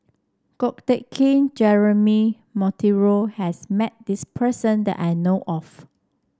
Ko Teck Kin Jeremy Monteiro has met this person that I know of